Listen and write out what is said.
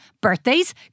birthdays